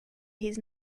his